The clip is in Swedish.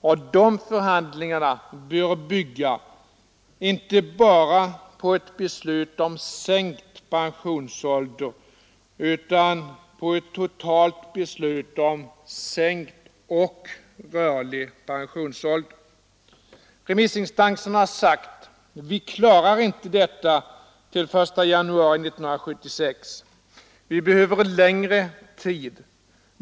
Dessa förhandlingar bör bygga inte bara på ett beslut om sänkt pensionsålder utan på ett totalt beslut om sänkt och rörlig pensionålder. Remissinstanserna har sagt: Vi klarar inte detta till den 1 januari 1974. Vi behöver längre tid.